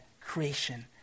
creation